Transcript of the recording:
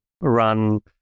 run